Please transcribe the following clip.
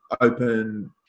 open